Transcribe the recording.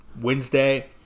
Wednesday